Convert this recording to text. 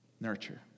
Nurture